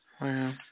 wow